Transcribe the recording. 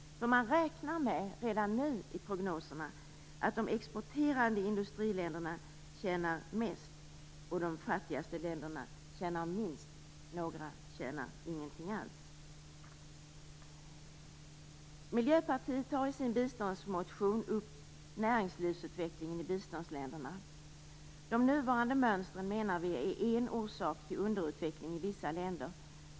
Man räknar redan nu i prognoserna med att de exporterande industriländerna tjänar mest och de fattigaste länderna tjänar minst. Några tjänar ingenting alls. Miljöpartiet tar i sin biståndsmotion upp näringslivsutvecklingen i biståndsländerna. De nuvarande mönstren menar vi är en orsak till underutveckling i vissa länder.